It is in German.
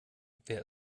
wer